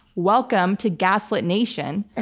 welcome to gaslit nation.